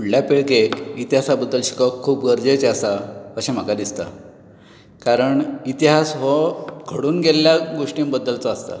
फुडल्या पिळगेक इतिहासा बद्दल शिकोवप खूब गरजेचे आसा अशें म्हाका दिसता कारण इतिहास हो घडून गेल्ल्या गोश्टीं बद्दलचो आसता